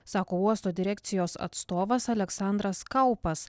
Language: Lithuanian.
sako uosto direkcijos atstovas aleksandras kaupas